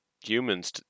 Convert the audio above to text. humans